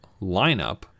lineup